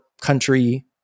country